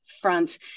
front